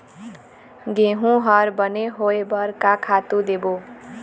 गेहूं हर बने होय बर का खातू देबो?